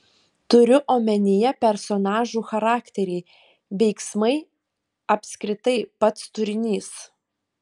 turiu omenyje personažų charakteriai veiksmai apskritai pats turinys